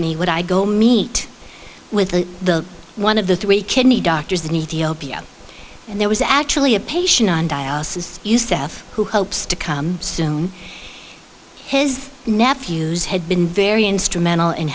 would i go meet with the one of the three kidney doctors in ethiopia and there was actually a patient on dialysis yousef who hopes to come soon his nephews had been very instrumental in